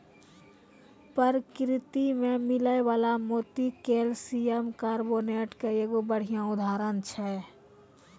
परकिरति में मिलै वला मोती कैलसियम कारबोनेट के एगो बढ़िया उदाहरण छै